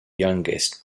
youngest